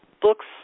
books